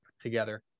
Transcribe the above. together